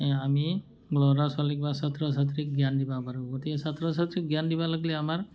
আমি ল'ৰা ছোৱালীক বা ছাত্ৰ ছাত্ৰীক জ্ঞান দিব পাৰোঁ গতিকে ছাত্ৰ ছাত্ৰীক জ্ঞান দিব লাগিলে আমাৰ